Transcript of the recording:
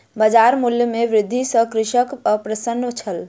बजार मूल्य में वृद्धि सॅ कृषक अप्रसन्न छल